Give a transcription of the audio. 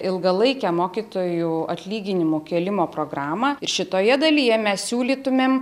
ilgalaikę mokytojų atlyginimų kėlimo programą ir šitoje dalyje mes siūlytumėm